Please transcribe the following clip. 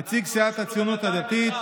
נציג סיעת הציונות הדתית.